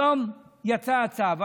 היום יצא הצו.